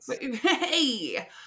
Hey